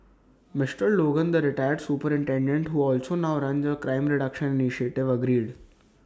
Mister Logan the retired superintendent who also now runs A crime reduction initiative agreed